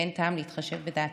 ואין טעם להתחשב בדעתו.